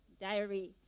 Diary